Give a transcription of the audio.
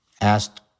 asked